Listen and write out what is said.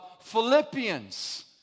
Philippians